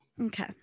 Okay